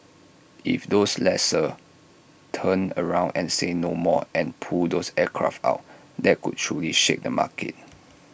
if those lessors turn around and say 'no more' and pull those aircraft out that could truly shake the market